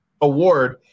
award